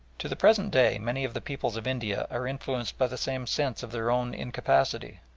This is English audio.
to the present day, many of the peoples of india are influenced by the same sense of their own incapacity,